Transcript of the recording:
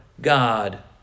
God